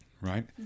right